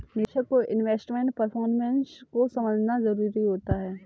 निवेशक को investment performance को समझना जरुरी होता है